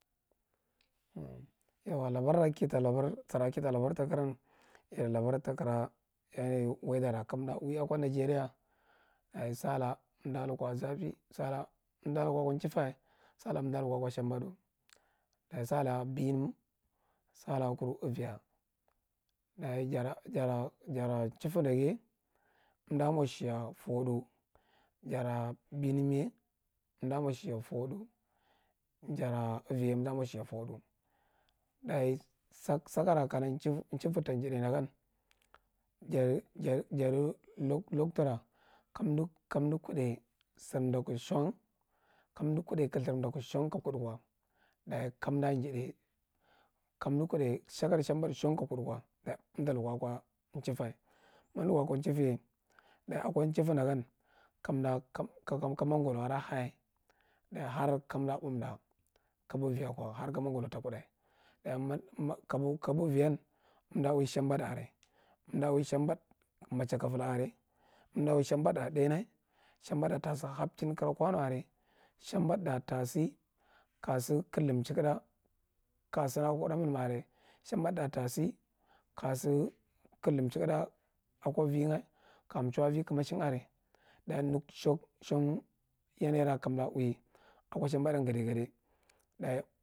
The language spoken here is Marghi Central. yauwa labara kata labana sora kata labar takaran, ita labar takara yanayi uiaidara kamda ui akwa nijeriya salaka amda lukwa zafi, salaka amda lukwa akwa nchifa, salaka amda lukwa akwa shambaɗu. dayi sala binam, sala kuru avaya, dayi jara jara nchitda nda ga ye amda mwa shiya foɗu, jara binam ye amda mua shiya fodu, jara avadya ye amda mwa shiya foɗu. dayi skara kana nchita ta njidai nda gan jada jada l- l- loktura kam- kamda kudai sar mdaku shang, kamdir kudai kalthar mdaku shang ka kud kwa, dayi kamda njadai, kamda kuɗai sukar shambadu shang ka kuɗ kwa dayi amta lukwa akwa nchifa. Mamda lukwa akwa nchifa ye, dadi akwa nchafa nda gan kamda k- k- kamka mangoro are a ha dayi kamda ɓumda, kabu avakwa har ka mangoro ta kuda. kabu aviyan, amda ui shambadu are amda ui shambaɗu machakafla are, amda ui shambaɗu ra dainya, shambaɗura ta sa habchin kara kwano are, shambaɗu ra ta sa, ka sa kalda mchikaɗa ka sana akwa huɗa milma are, shambaɗu ra ta kaldo mchikaɗa akwa vi nga ka mchu akwa vi kamashing are, da yi naka sham shang yanayi ra kamda ui akwa shambaɗan gade gade. Dayi…